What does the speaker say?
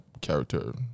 character